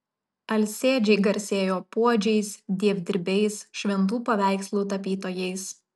alsėdžiai garsėjo puodžiais dievdirbiais šventų paveikslų tapytojais